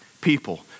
people